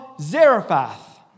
Zarephath